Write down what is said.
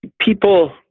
People